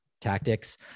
tactics